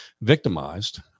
victimized